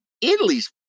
Italy's